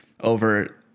over